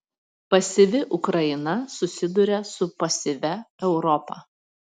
pasyvi ukraina susiduria su pasyvia europa